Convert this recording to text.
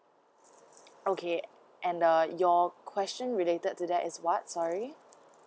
okay and the your question related to that is what sorry